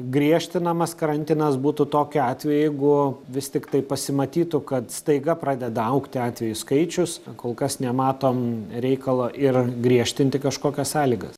griežtinamas karantinas būtų tokiu atveju jeigu vis tiktai pasimatytų kad staiga pradeda augti atvejų skaičius kol kas nematom reikalo ir griežtinti kažkokias sąlygas